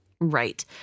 Right